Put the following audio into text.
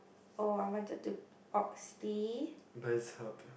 oh I wanted to oxley